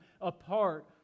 apart